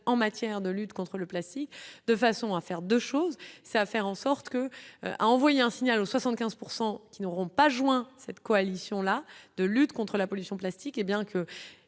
en matière de lutte contre le plastique de façon à faire 2 choses, c'est à faire en sorte que à envoyer un signal aux 75 pourcent, qu'ils n'auront pas joints cette coalition-là, de lutte contre la pollution, plastique et bien que